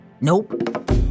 Nope